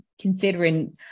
Considering